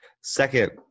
second